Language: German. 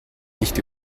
nicht